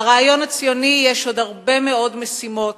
לרעיון הציוני יש עוד הרבה מאוד משימות,